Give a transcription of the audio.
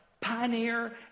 pioneer